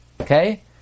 Okay